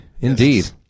Indeed